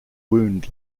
wound